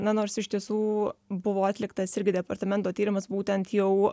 na nors iš tiesų buvo atliktas irgi departamento tyrimas būtent jau